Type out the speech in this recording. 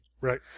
Right